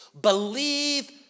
believe